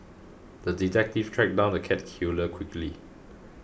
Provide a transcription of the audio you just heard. the detective tracked down the cat killer quickly